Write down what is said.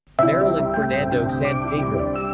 marilyn fernando-san pedro